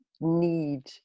need